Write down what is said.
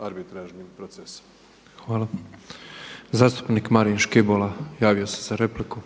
arbitražnim procesom. **Petrov, Božo (MOST)** Hvala. Zastupnik Marin Škibola javio se za repliku.